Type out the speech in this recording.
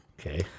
Okay